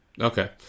Okay